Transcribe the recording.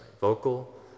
Vocal